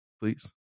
please